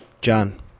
John